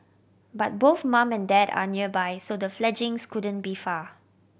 but both mum and dad are nearby so the fledglings couldn't be far